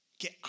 Get